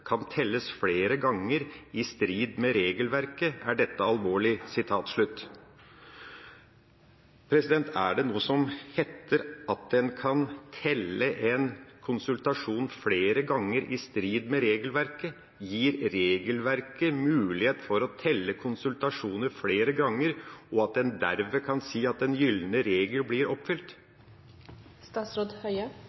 kan telles flere ganger, i strid med regelverket, er dette alvorlig. Er det noe som heter at en kan telle en konsultasjon flere ganger, i strid med regelverket? Gir regelverket mulighet for å telle konsultasjoner flere ganger, og at en dermed kan si at den gylne regel blir oppfylt?